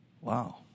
Wow